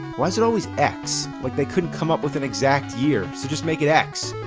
why is it always x? like they couldn't come up with an exact year. so just make it x.